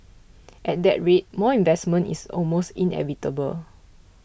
at that rate more investment is almost inevitable